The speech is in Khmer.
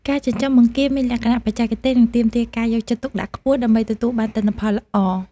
ការចិញ្ចឹមបង្គាមានលក្ខណៈបច្ចេកទេស និងទាមទារការយកចិត្តទុកដាក់ខ្ពស់ ដើម្បីទទួលបានទិន្នផលល្អ។